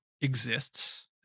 exists